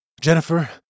Jennifer